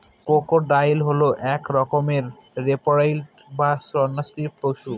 crocodile হল এক রকমের রেপ্টাইল বা সরীসৃপ পশু